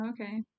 Okay